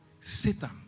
Satan